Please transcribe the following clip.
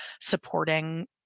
supporting